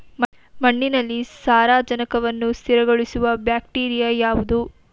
ಮಣ್ಣಿನಲ್ಲಿ ಸಾರಜನಕವನ್ನು ಸ್ಥಿರಗೊಳಿಸುವ ಬ್ಯಾಕ್ಟೀರಿಯಾ ಯಾವುದು?